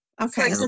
Okay